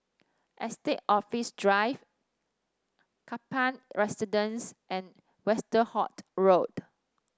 Estate Office Drive Kaplan Residence and Westerhout Road